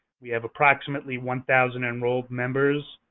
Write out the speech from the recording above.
we have approximately one thousand enrolled members,